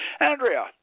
Andrea